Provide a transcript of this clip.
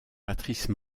patrice